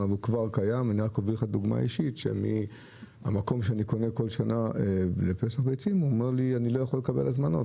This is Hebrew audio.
במקום שאני קונה כל שנה ביצים לפסח נאמר שהוא לא יכול לקבל הזמנות.